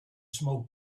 smoke